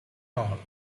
all